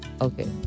okay